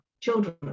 children